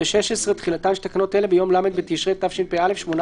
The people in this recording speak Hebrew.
16. תחילתן של תקנות אלה ביום ל׳ בתשרי התשפ״א (18